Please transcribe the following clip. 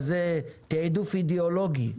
אז זה תיעדוף אידיאולוגי.